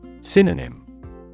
Synonym